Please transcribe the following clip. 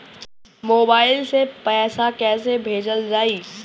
Mobile से पैसा कैसे भेजल जाइ?